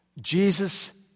Jesus